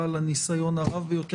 בעל הניסיון הרב יותר במשכן בעניין תקציב.